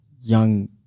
young